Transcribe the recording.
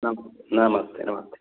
नमस्ते नमस्ते